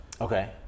Okay